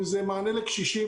אם זה מענה לקשישים.